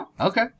Okay